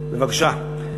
בבקשה.